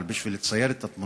אבל בשביל לצייר את התמונה,